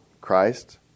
Christ